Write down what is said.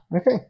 Okay